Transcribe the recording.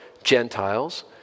Gentiles